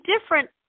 different